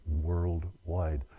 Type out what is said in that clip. worldwide